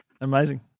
Amazing